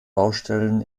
baustellen